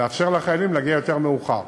לאפשר לחיילים להגיע יותר מאוחר,